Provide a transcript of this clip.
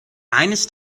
eines